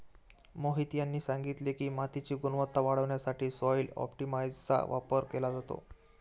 मोहित यांनी सांगितले की, मातीची गुणवत्ता वाढवण्यासाठी सॉइल ऑप्टिमायझरचा वापर केला जातो